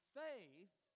faith